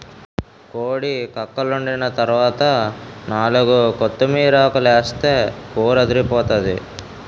కోడి కక్కలోండిన తరవాత నాలుగు కొత్తిమీరాకులేస్తే కూరదిరిపోతాది